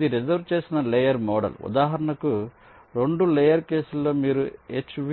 ఇది రిజర్వు చేసిన layer model ఉదాహరణకు 2 లేయర్ కేసులో మీరు HV